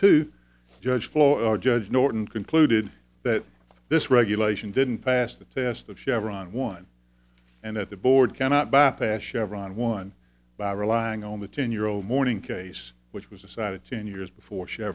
to judge for judge norton concluded that this regulation didn't pass the test of chevron one and at the board cannot bypass chevron one by relying on the ten year old morning case which was decided ten years before che